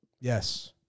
Yes